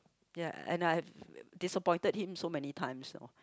ya and I have disappointed him so many times you know